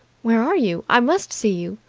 where are you? i must see you.